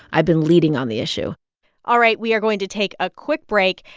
i've been leading on the issue all right. we are going to take a quick break.